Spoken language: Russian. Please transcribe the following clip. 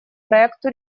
проекту